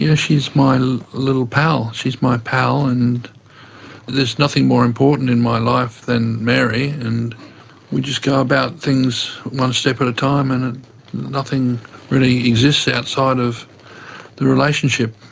you know she is my little pal, she is my pal, and there's nothing more important in my life than mary, and we just go about things one step at a time, and and nothing really exists outside of the relationship.